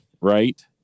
right